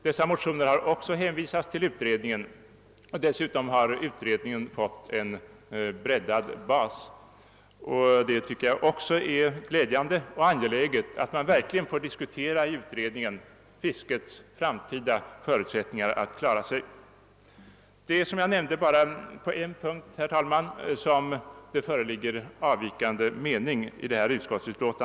Dessa motioner har också hänvisats till utredningen, som därtill fått en breddad bas. Enligt min mening är det glädjande och angeläget att man inom utredningen verkligen får tillfälle att diskutera fiskets framtida förutsättningar. Som jag nämnde, herr talman, är det bara på en punkt i det här utskottsutlåtandet som det föreligger avvikande meningar.